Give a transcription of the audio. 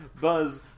buzz